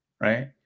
right